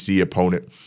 opponent